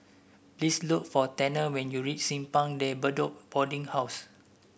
please look for Tanner when you reach Simpang De Bedok Boarding House